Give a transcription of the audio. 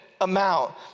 amount